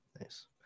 nice